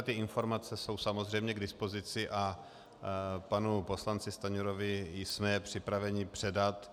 Tyto informace jsou samozřejmě k dispozici a panu poslanci Stanjurovi jsme připraveni je předat.